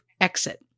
exit